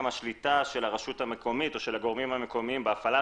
השליטה של הרשות המקומית או של הגורמים המקומיים בהפעלת